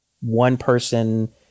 one-person